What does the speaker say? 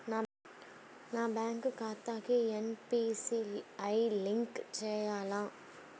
నా బ్యాంక్ ఖాతాకి NPCI link చేయాలా?